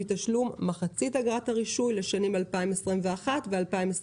מתשלום מחצית אגרת הרישוי לשנים 2021 ו-2022,